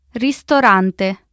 ristorante